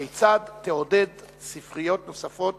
2. כיצד תעודד הקמת ספריות נוספות